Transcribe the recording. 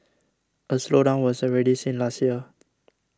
a slowdown was already seen last year